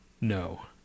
no